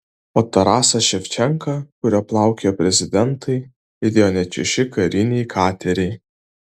o tarasą ševčenką kuriuo plaukiojo prezidentai lydėjo net šeši kariniai kateriai